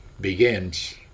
begins